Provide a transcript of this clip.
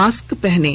mask पहनें